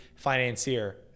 Financier